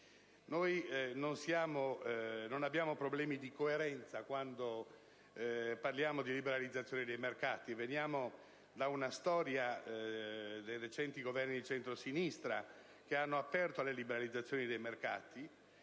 Non abbiamo problemi di coerenza quando parliamo di liberalizzazione dei mercati. Veniamo da una storia di recenti Governi di centrosinistra che hanno aperto le liberalizzazioni dei mercati.